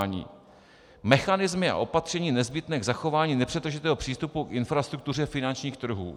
o) mechanismy a opatření nezbytné k zachování nepřetržitého přístupu k infrastruktuře finančních trhů,